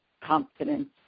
confidence